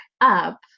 up